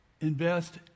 invest